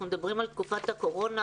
אנחנו מדברים על תקופת הקורונה,